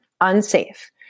unsafe